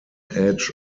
edge